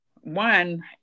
One